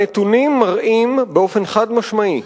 הנתונים מראים, באופן חד-משמעי,